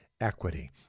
Equity